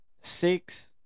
Six